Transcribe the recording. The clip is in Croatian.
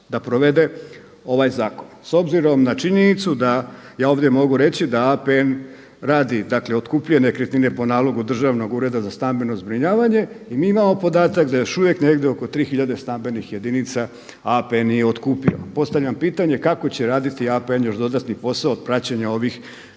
da provede ovaj zakon. S obzirom na činjenicu da je ovdje mogu reći da APN radi dakle otkupljuje nekretnine po nalogu Državnog ureda za stambeno zbrinjavanje i mi imamo podatak da još uvijek negdje oko tri tisuće stambenih jedinica APN nije otkupio. Postavljam pitanje kako će raditi APN još dodatni posao od praćenja ovih